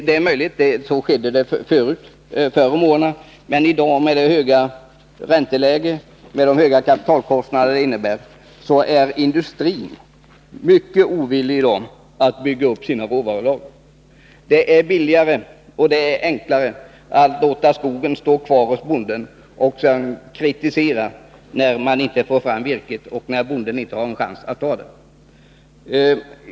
Så var det förr om åren, men i dag — med ett ränteläge som innebär höga kapitalkostnader — är industrin mycket ovillig att bygga upp sina råvarulager. Det är billigare och enklare att låta skogen stå kvar hos bonden och kritisera när man inte får fram virket och bonden inte har någon chans att ta hand om det.